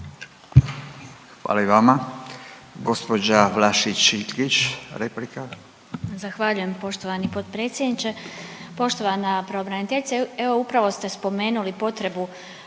Hvala i vama. Gospođa Vlašić Iljkić replika.